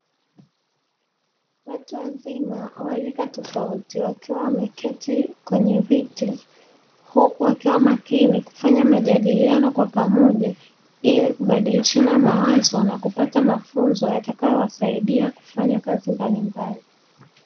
Watu wazima wa rika tofauti wakiwa wameketi kwenye viti, huku wakiwa makini kufanya majadiliano kwa pamoja, ili kubadilishana mawazo na kupata mafunzo yatakayowasaidia kufanya kazi mbalimbali.